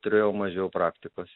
turėjau mažiau praktikos